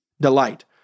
delight